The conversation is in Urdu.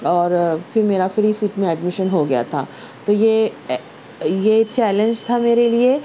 اور پھر میرا فری سیٹ میں ایڈمیشن ہو گیا تھا تو یہ یہ چیلنجز تھا میرے لیے